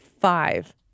Five